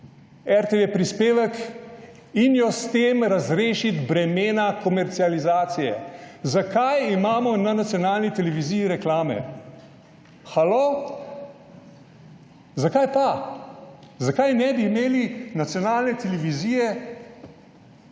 RTV prispevek in jo s tem razrešiti bremena komercializacije. Zakaj imamo na nacionalni televiziji reklame? Halo! Zakaj pa? Zakaj ne bi imeli nacionalne televizije, ki